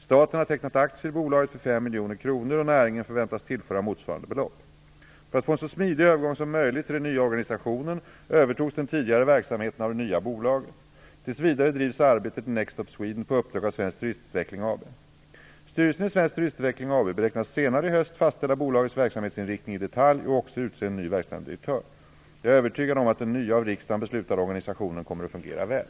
Staten har tecknat aktier i bolaget för 5 miljoner kronor, och näringen förväntas tillföra motsvarande belopp. För att få en så smidig övergång som möjligt till den nya organisationen övertogs den tidigare verksamheten av det nya bolaget. Tills vidare drivs arbetet med Next Stop Sweden på uppdrag av Svensk Turistutveckling AB. Styrelsen i Svensk Turistutveckling AB beräknas senare i höst fastställa bolagets verksamhetsinriktning i detalj och också utse en ny verkställande direktör. Jag är övertygad om att den nya av riksdagen beslutade organisationen kommer att fungera väl.